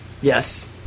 yes